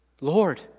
Lord